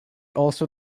also